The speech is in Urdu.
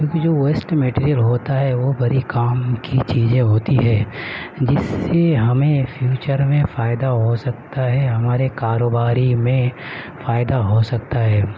کیوںکہ جو ویسٹ مٹیریئل ہوتا ہے وہ بڑی کام کی چیزیں ہوتی ہے جس سے ہمیں فیوچر میں فائدہ ہو سکتا ہے ہمارے کاروباری میں فائدہ ہو سکتا ہے